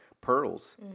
pearls